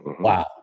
wow